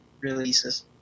releases